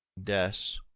deaths,